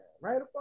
Right